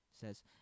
says